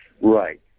Right